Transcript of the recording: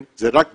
זו רק דוגמה,